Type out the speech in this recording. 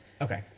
Okay